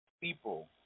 people